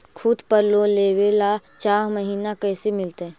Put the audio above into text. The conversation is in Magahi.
खूत पर लोन लेबे ल चाह महिना कैसे मिलतै?